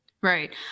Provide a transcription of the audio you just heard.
Right